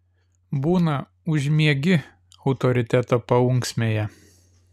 būna užmiegi autoriteto paunksmėje